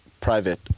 private